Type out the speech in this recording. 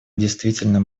действительно